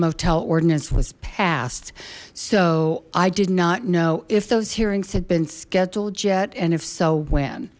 motel ordinance was passed so i did not know if those hearings had been scheduled yet and if so